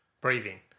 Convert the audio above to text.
breathing